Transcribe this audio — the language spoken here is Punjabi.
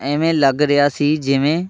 ਐਵੇਂ ਲੱਗ ਰਿਹਾ ਸੀ ਜਿਵੇਂ